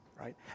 right